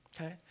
Okay